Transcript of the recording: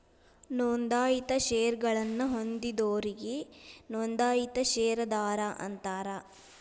ನೋಂದಾಯಿತ ಷೇರಗಳನ್ನ ಹೊಂದಿದೋರಿಗಿ ನೋಂದಾಯಿತ ಷೇರದಾರ ಅಂತಾರ